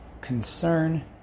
concern